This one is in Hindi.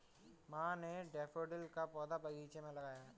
माँ ने डैफ़ोडिल का पौधा बगीचे में लगाया है